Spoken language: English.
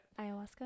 Ayahuasca